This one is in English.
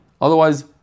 Otherwise